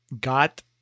got